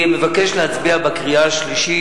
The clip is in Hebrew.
אני מבקש להצביע בקריאה השלישית,